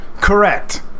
Correct